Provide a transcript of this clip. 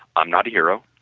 i'm not a hero.